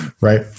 right